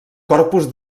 corpus